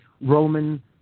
Roman